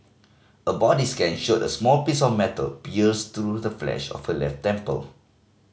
a body scan showed a small piece of metal pierced through the flesh of her left temple